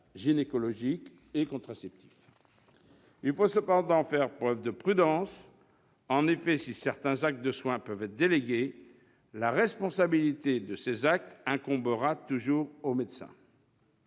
gynécologique ou contraceptif des femmes. Il faut cependant faire preuve de prudence. En effet, si certains soins peuvent être délégués, la responsabilité de ces actes incombera toujours au médecin.